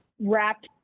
wrapped